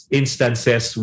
instances